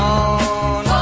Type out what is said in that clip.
on